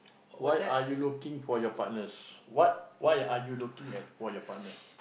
why are you looking for your partners what why are you looking at for your partners